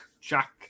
Jack